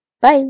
Bye